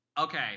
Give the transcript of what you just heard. Okay